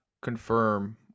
confirm